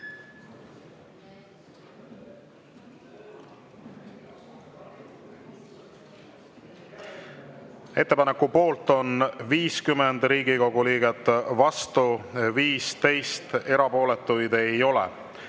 Ettepaneku poolt on 50 Riigikogu liiget, vastu 15, erapooletuid ei ole.